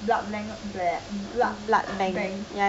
blood blank blood bank